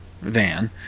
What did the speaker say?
Van